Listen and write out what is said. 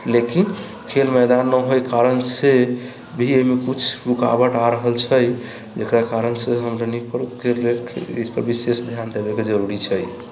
लेकिन खेल मैदानमे नहि होय कारण से भी एहिमे किछु रुकावट आ रहल छै जेकरा कारण से हमरा इस पर विशेष ध्यान देबेके जरूरी छै